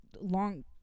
Long